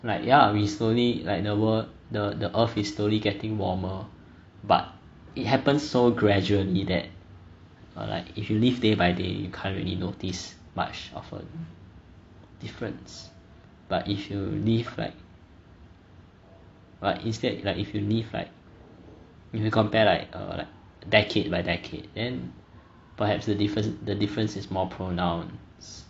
like ya we slowly like the world the the earth is slowly getting warmer but it happens so gradually that err like if you live day by day you can't really notice much of a difference but if you live like but instead like if you live like if you compare like a decade by decade then perhaps the difference the difference is more pronounced